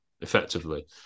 effectively